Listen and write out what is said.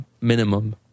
minimum